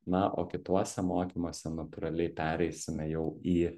na o kituose mokymuose natūraliai pereisime jau į